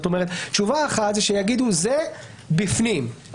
תשובה אחת זה שיגידו: זה בפנים.